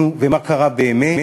נו, ומה קרה באמת?